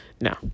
No